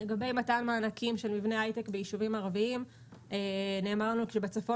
לגבי מתן מענקים למבני הייטק ביישובים ערביים נאמר לנו שבצפון